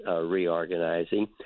reorganizing